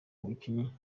mukinnyi